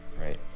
right